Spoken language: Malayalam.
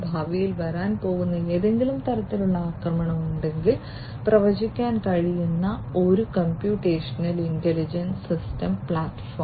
ഭാവിയിൽ വരാൻ പോകുന്ന ഏതെങ്കിലും തരത്തിലുള്ള ആക്രമണം ഉണ്ടെങ്കിൽ പ്രവചിക്കാൻ കഴിയുന്ന ഒരു കമ്പ്യൂട്ടേഷണൽ ഇന്റലിജന്റ് സിസ്റ്റം പ്ലാറ്റ്ഫോം